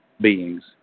beings